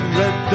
red